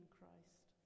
Christ